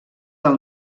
del